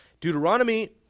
Deuteronomy